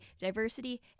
diversity